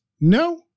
No